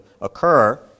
occur